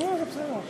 נא לשבת, חברים.